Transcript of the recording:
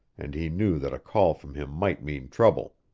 and he knew that a call from him might mean trouble.